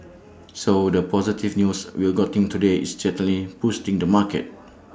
so the positive news we've gotten today is certainly boosting the market